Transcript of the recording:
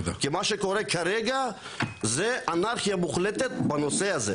כי מה שקורה כרגע זה אנרכיה מוחלטת בנושא הזה.